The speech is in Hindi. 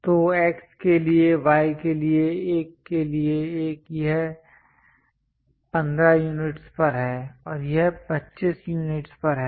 तो X के लिए Y के लिए 1 के लिए 1 यह 15 यूनिट्स पर है और यह 25 यूनिट्स पर है